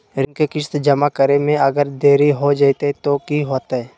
ऋण के किस्त जमा करे में अगर देरी हो जैतै तो कि होतैय?